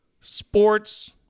sports